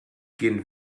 gehen